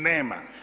Nema.